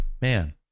Man